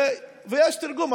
ויש תרגום.